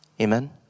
Amen